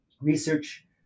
research